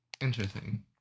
Interesting